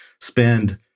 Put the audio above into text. spend